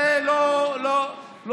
זה לא מקובל,